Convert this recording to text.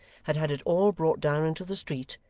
had had it all brought down into the street,